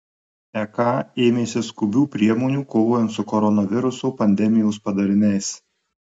ek ėmėsi skubių priemonių kovojant su koronaviruso pandemijos padariniais